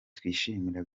twishimira